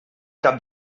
cap